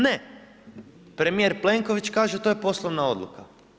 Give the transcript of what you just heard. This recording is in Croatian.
Ne. premijer Plenković kaže to je poslovna odluka.